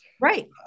right